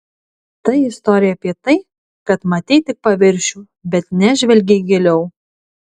tai istorija apie tai kad matei tik paviršių bet nežvelgei giliau